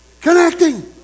Connecting